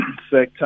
sector